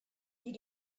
you